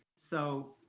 so,